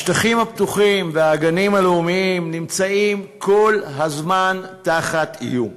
השטחים הפתוחים והגנים הלאומיים נמצאים כל הזמן תחת איום.